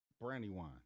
Brandywine